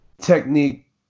technique